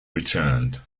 returned